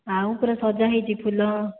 ଆଉ ପୁରା ସଜା ହୋଇଛି ଫୁଲ